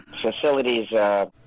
facilities